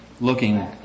looking